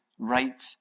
Right